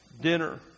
dinner